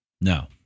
No